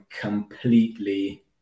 completely